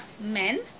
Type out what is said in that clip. men